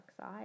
side